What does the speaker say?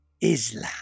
Islam